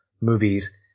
movies